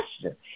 question